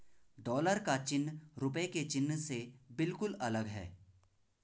dollar का चिन्ह रूपए के चिन्ह से बिल्कुल अलग है